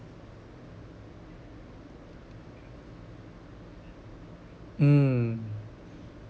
mm